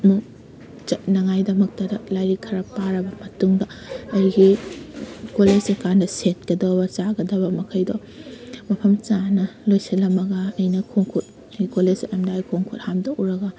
ꯑꯃꯨꯛ ꯆꯠꯅꯉꯥꯏꯒꯤꯗꯃꯛꯇꯗ ꯂꯥꯏꯔꯤꯛ ꯈꯔ ꯄꯥꯔꯕ ꯃꯇꯨꯡꯗ ꯑꯩꯒꯤ ꯀꯣꯂꯦꯖ ꯆꯠꯄ ꯀꯥꯟꯗ ꯁꯦꯠꯀꯗꯕ ꯆꯥꯒꯗꯕ ꯃꯈꯩꯗꯣ ꯃꯐꯝ ꯆꯥꯅ ꯂꯣꯏꯁꯜꯂꯝꯃꯒ ꯑꯩꯅ ꯈꯣꯡ ꯈꯨꯠ ꯑꯩ ꯀꯣꯂꯦꯖ ꯆꯠꯂꯝꯗꯥꯏꯒꯤ ꯈꯣꯡ ꯈꯨꯠ ꯍꯥꯝꯗꯣꯛꯎꯔꯒ